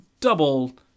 double